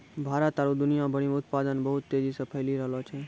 भारत आरु दुनिया भरि मे उत्पादन बहुत तेजी से फैली रैहलो छै